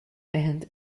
and